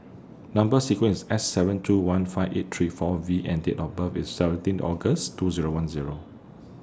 Number sequence IS S seven two one five eight three four V and Date of birth IS seventeen August two Zero one Zero